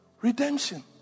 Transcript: redemption